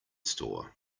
store